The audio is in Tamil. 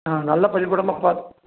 ஆ நல்ல பள்ளிக்கூடமா பாத்